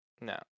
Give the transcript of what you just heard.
No